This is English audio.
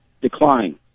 decline